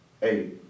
Hey